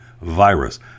virus